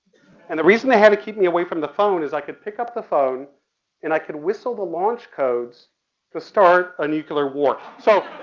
and the reason they had to keep me away from the phone is i could pick up the phone and i could whistle the launch codes to start a nuclear war. so.